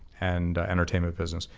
and entertainment business.